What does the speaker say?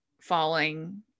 falling